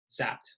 zapped